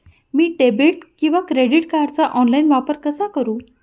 मी debit किंवा credit कार्डचा online वापर कसा करु?